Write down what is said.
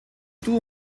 duo